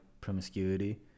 promiscuity